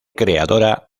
creadora